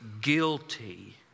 guilty